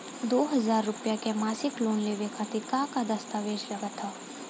दो हज़ार रुपया के मासिक लोन लेवे खातिर का का दस्तावेजऽ लग त?